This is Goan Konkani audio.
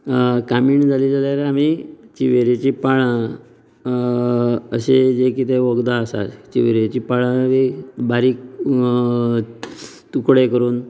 कामीण जाली जाल्यार आमी चिवरेची पाळां अशें जे कितें वखदां आसा चिवरेची पाळां बारीक तुकडे करून